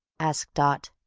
asked dot.